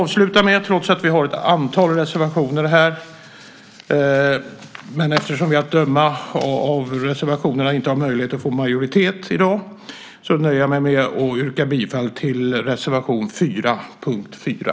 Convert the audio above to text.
Vi har ett antal reservationer, men eftersom vi att döma av reservationerna inte har möjlighet att få majoritet i dag, nöjer jag mig med att yrka bifall till reservation 4 under punkt 4.